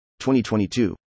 2022